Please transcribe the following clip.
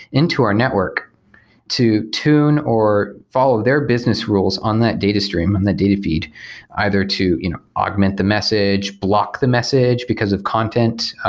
into our network to tune or follow their business rules on that data stream and that data feed either to you know augment the message, block the message because of contents,